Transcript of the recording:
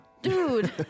Dude